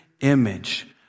image